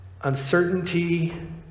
Uncertainty